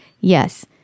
Yes